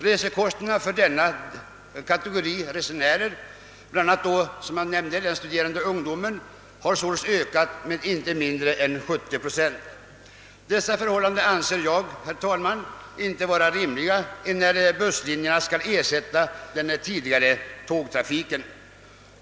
Resekostnaderna för den aktuella kategorin resenärer — alltså bl.a. den studerande ungdomen — har ökat med inte mindre än bortåt 70 procent. Detta kan inte anses rimligt, då ju busslinjerna skall ersätta den tidigare tågtrafiken.